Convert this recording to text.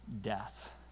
death